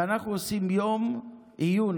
ואנחנו עושים יום עיון.